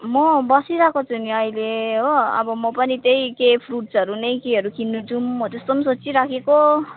म बसिरहेको छु नि अहिले हो अब म पनि त्यही के फ्रुटसहरू नै केहरू किन्नु जाऔँ हो त्यस्तो पनि सोचि राखेको